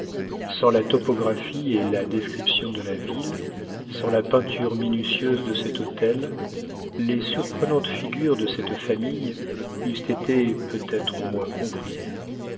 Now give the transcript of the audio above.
sans la topographie et la description de la ville sans la peinture minutieuse de cet hôtel les surprenantes figures de cette famille eussent été peut-être moins comprises